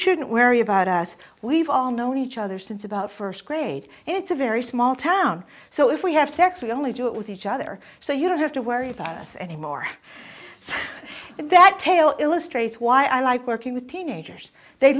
shouldn't worry about us we've all known each other since about first grade it's a very small town so if we have sex we only do it with each other so you don't have to worry about us any more so than that tale illustrates why i like working with teenagers they